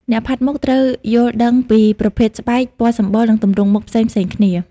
អ្នកផាត់មុខត្រូវយល់ដឹងពីប្រភេទស្បែក ពណ៌សម្បុរ និងទម្រង់មុខផ្សេងៗគ្នា។